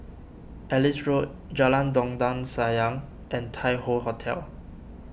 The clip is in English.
Ellis Road Jalan Dondang Sayang and Tai Hoe Hotel